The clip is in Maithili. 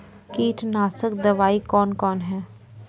कीटनासक दवाई कौन कौन हैं?